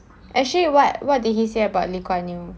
actually what what did he say about lee kuan yew